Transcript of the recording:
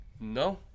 No